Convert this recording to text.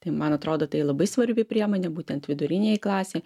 tai man atrodo tai labai svarbi priemonė būtent vidurinei klasei